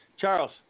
Charles